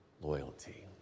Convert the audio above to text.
loyalty